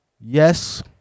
Yes